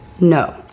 No